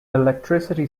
electricity